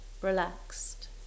relaxed